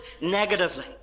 negatively